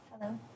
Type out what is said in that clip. Hello